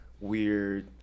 weird